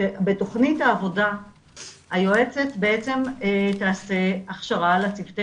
שבתכנית העבודה היועצת בעצם תעשה הכשרה לצוותי